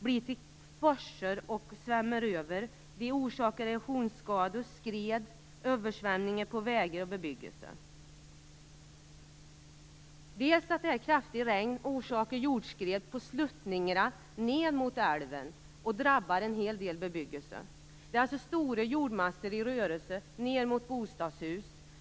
blivit till forsar och svämmat över. Det orsakar erosionsskador, skred och översvämningar på vägar och bebyggelse. Det kraftiga regnet orsakar också jordskred på sluttningarna ned mot älven, och det drabbar stora delar av bebyggelsen. Det är stora jordmassor i rörelse ned mot bostadshus.